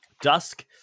dusk